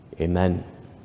Amen